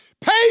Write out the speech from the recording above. Pay